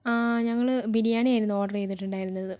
ആ ഞങ്ങൾ ബിരിയാണി ആയിരുന്നു ഓർഡർ ചെയ്തിട്ടുണ്ടായിരുന്നത്